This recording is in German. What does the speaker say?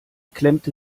klemmte